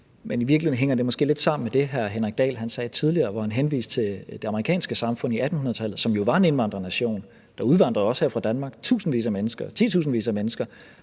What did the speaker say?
hænger det måske lidt sammen med det, hr. Henrik Dahl sagde lidt tidligere, hvor han henviste til det amerikanske samfund i 1800-tallet, som jo var en indvandrernation. Der udvandrede også titusindvis af mennesker fra Danmark,